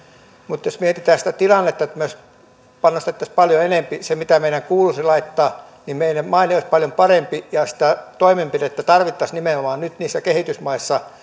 mutta jos mietitään sitä tilannetta että panostettaisiin paljon enemmän sen mitä meidän kuuluisi laittaa niin meidän maineemme olisi paljon parempi ja sitä toimenpidettä tarvittaisiin nimenomaan nyt niissä kehitysmaissa